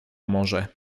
morze